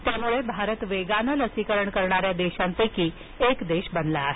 त्यामुळे भारत वेगानं लसीकरण करणाऱ्या देशांपैकी एक बनला आहे